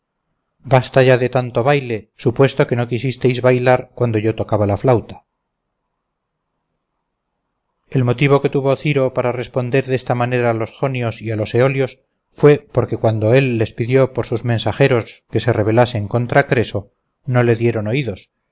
basta ya de tanto baile supuesto que no quisisteis bailar cuando yo tocaba la flauta el motivo que tuvo ciro para responder de esta manera a los jonios y a los eolios fue porque cuando él les pidió por sus mensajeros que se rebelasen contra creso no le dieron oídos